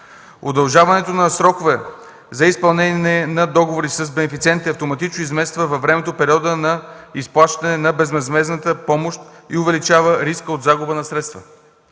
Удължаването на сроковете за изпълнение на договори с бенефициентите автоматично се измества във времето в периода на изплащане на безвъзмездната помощ и увеличава риска от загуба на средствата.